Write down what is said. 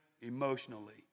emotionally